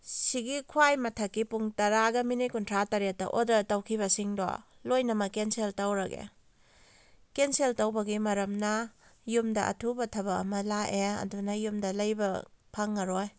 ꯑꯁꯤꯒꯤ ꯈ꯭ꯋꯥꯏ ꯃꯊꯛꯀꯤ ꯄꯨꯡ ꯇꯔꯥꯒ ꯃꯤꯅꯤꯠ ꯀꯨꯟꯊ꯭ꯔꯥꯇꯔꯦꯠꯇ ꯑꯣꯔꯗꯔ ꯇꯧꯈꯤꯕꯁꯤꯡꯗꯣ ꯂꯣꯏꯅꯃꯛ ꯀꯦꯟꯁꯦꯜ ꯇꯧꯔꯒꯦ ꯀꯦꯟꯁꯦꯜ ꯇꯧꯕꯒꯤ ꯃꯔꯝꯅ ꯌꯨꯝꯗ ꯑꯊꯨꯕ ꯊꯕꯛ ꯑꯃ ꯂꯥꯛꯑꯦ ꯑꯗꯨꯅ ꯌꯨꯝꯗ ꯂꯩꯕ ꯐꯪꯉꯔꯣꯏ